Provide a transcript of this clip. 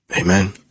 Amen